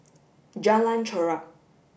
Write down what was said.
Jalan Chorak